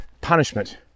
punishment